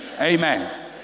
Amen